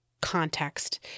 context